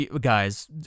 guys